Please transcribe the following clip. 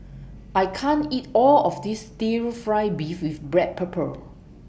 I can't eat All of This Stir Fry Beef with Black Pepper